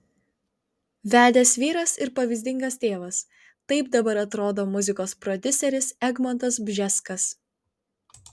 vedęs vyras ir pavyzdingas tėvas taip dabar atrodo muzikos prodiuseris egmontas bžeskas